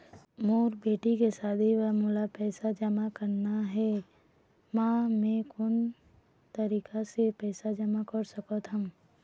मोर बेटी के शादी बर मोला पैसा जमा करना हे, म मैं कोन तरीका से पैसा जमा कर सकत ह?